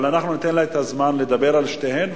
אבל אנחנו ניתן לה את הזמן לדבר על שתיהן,